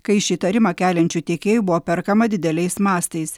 kai iš įtarimą keliančių tiekėjų buvo perkama dideliais mastais